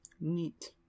Neat